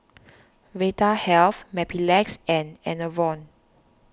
Vitahealth Mepilex and Enervon